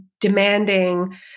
demanding